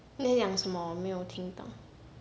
你在讲什么我没有听懂